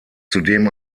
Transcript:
zudem